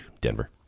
Denver